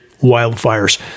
wildfires